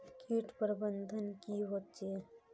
किट प्रबन्धन की होचे?